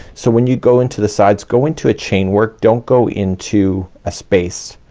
so when you go into the sides go into a chain work don't go into a space.